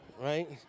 Right